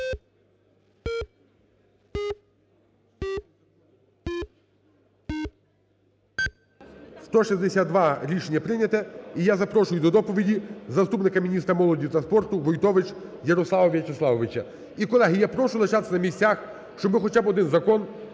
За-162 Рішення прийняте. І я запрошую до доповіді заступника міністра молоді та спорту Войтович Ярослава В'ячеславовича. І, колеги, я прошу лишатись на місцях, щоб ми хоча б один закон